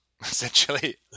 essentially